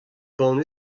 banne